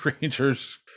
rangers